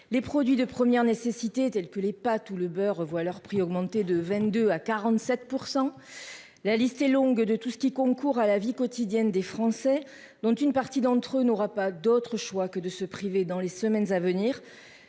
les produits de première nécessité, tels que les pâtes ou le beurre revoient leur prix augmenter de 22 à 47 %, la liste est longue, de tout ce qui concourent à la vie quotidienne des Français, dont une partie d'entre eux n'aura pas d'autre choix que de se priver, dans les semaines à venir